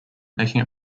making